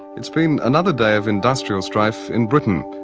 it's been another day of industrial strife in britain.